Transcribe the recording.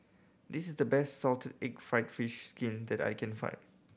this is the best salted egg fried fish skin that I can find